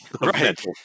Right